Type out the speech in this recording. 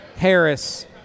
Harris